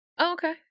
okay